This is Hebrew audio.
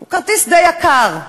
הוא כרטיס די יקר: